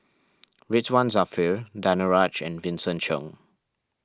Ridzwan Dzafir Danaraj and Vincent Cheng